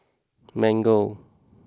Mango